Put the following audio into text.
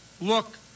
look